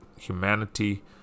Humanity